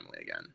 again